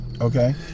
Okay